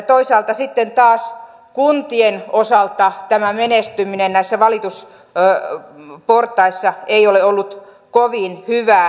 toisaalta sitten taas kuntien osalta menestyminen näissä valitusportaissa ei ole ollut kovin hyvää